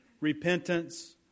repentance